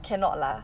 cannot lah